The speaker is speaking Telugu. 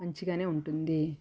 మంచిగానే ఉంటుంది